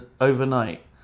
overnight